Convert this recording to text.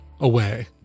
away